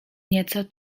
nieco